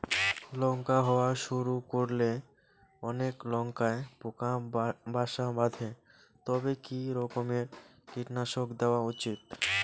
লঙ্কা হওয়া শুরু করলে অনেক লঙ্কায় পোকা বাসা বাঁধে তবে কি রকমের কীটনাশক দেওয়া উচিৎ?